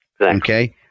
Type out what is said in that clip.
Okay